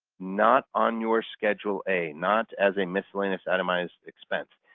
not on your schedule a, not as a miscellaneous itemized expense.